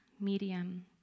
medium